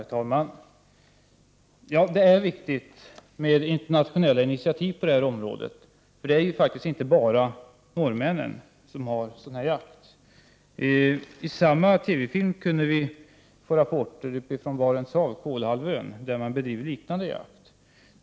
Herr talman! Det är viktigt med internationella initiativ på området. Det är faktiskt inte bara norrmännen som bedriver sådan här jakt. I TV-filmen kunde vi få rapporter från Barents hav vid Kolahalvön, där man bedriver liknande jakt.